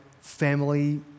family